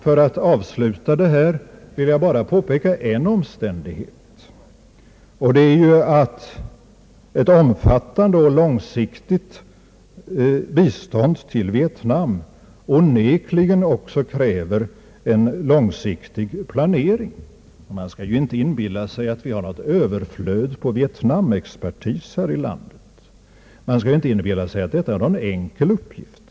Som avslutning på detta anförande vill jag påpeka att ett omfattande och långsiktigt bistånd till Vietnam onekligen också kräver en långsiktig planering. Man skall inte inbilla sig att vi har något överflöd på vietnamexpertis här i landet, inte inbilla sig att detta är en enkel uppgift.